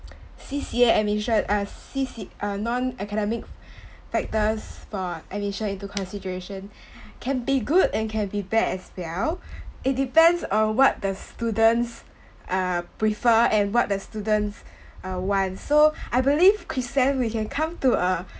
C_C_A admission uh C_C uh non academic factors for admission into consideration can be good and can be bad as well it depends on what the students uh prefer and what the students uh want so I believe Kristen we can come to a